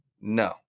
No